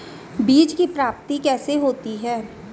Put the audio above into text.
बीज की प्राप्ति कैसे होती है?